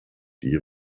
die